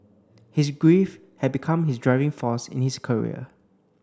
his grief had become his driving force in his career